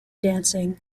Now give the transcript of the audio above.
dancing